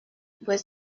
was